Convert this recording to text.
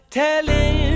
telling